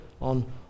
on